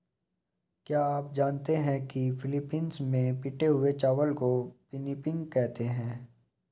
क्या आप जानते हैं कि फिलीपींस में पिटे हुए चावल को पिनिपिग कहते हैं